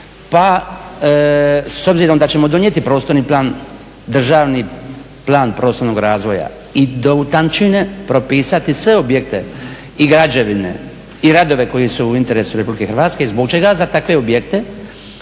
pa s obzirom da ćemo donijet prostorni plan, državni plan prostornog razvoja i do …/Govornik se ne razumije./… propisati sve objekte, i građevine i radove koji su u interesu Republike Hrvatske. Zbog čega za takve objekte